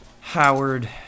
Howard